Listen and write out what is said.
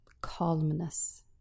calmness